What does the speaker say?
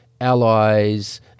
allies